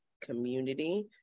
community